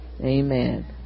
Amen